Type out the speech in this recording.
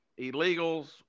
illegals